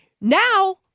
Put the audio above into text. now—